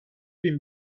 bin